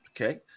Okay